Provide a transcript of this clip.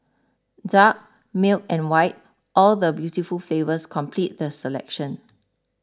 dark milk and white all the beautiful flavours complete the selection